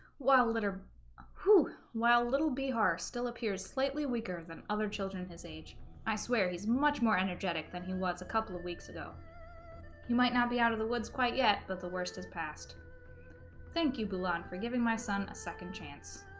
who while little bihar still appears slightly weaker than other children his age i swear he's much more energetic than he was a couple of weeks ago he might not be out of the woods quite yet but the worst has passed thank you belong for giving my son a second chance